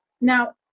Now